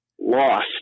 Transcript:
lost